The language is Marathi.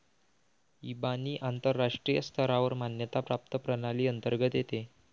इबानी आंतरराष्ट्रीय स्तरावर मान्यता प्राप्त प्रणाली अंतर्गत येते